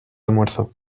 almuerzo